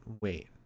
wait